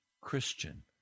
Christian